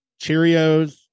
Cheerios